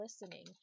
listening